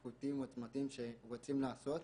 איכותיים, בעלי עוצמה שרוצים לעשות.